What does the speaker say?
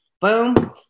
Boom